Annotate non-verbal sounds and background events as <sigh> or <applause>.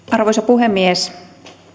<unintelligible> arvoisa puhemies